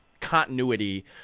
continuity